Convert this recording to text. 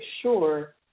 sure